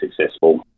successful